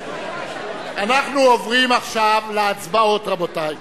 אנחנו עוברים עכשיו להצבעות, רבותי.